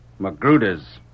Magruder's